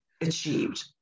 achieved